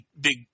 big